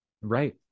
Right